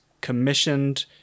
commissioned